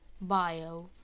bio